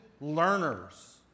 learners